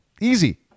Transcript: Easy